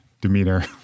demeanor